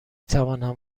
توانم